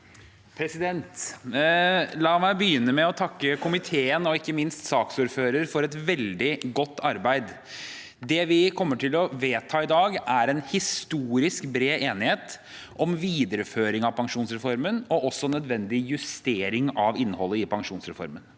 La meg begynne med å takke komiteen og ikke minst saksordføreren for et veldig godt arbeid. Det vi kommer til å vedta i dag, er en historisk bred enighet om videreføring av pensjonsreformen og en nødvendig justering av innholdet i pensjonsreformen.